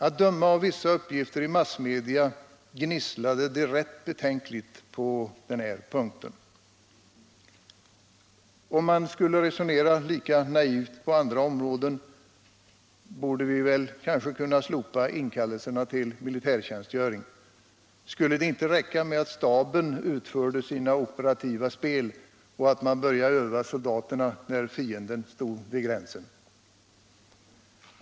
Att döma av vissa uppgifter i massmedia gnisslade det rätt betänkligt på den punkten. Om man skulle resonera lika naivt på andra områden borde vi t.ex. kunna slopa inkallelserna till militärtjänstgöring — i det fallet skulle det kanske kunna räcka med att staben utförde sina operativa spel, och att man började öva soldaterna först när fienden stod vid gränsen.